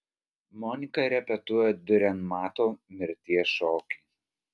monika repetuoja diurenmato mirties šokį